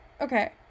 Okay